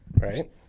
Right